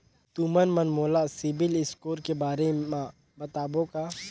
तुमन मन मोला सीबिल स्कोर के बारे म बताबो का?